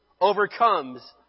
overcomes